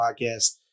Podcast